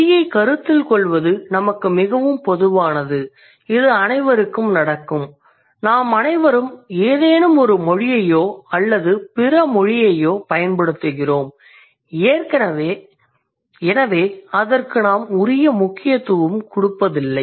மொழியைக் கருத்தில் கொள்வது நமக்கு மிகவும் பொதுவானது இது அனைவருக்கும் நடக்கும் நாம் அனைவரும் ஏதேனும் ஒரு மொழியையோ அல்லது பிற மொழியையோ பயன்படுத்துகிறோம் எனவே அதற்கு நாம் உரிய முக்கியத்துவம் கொடுப்பதில்லை